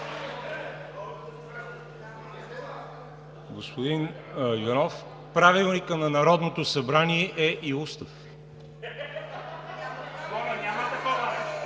Господин Иванов, Правилникът на Народното събрание е и устав.